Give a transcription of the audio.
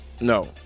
No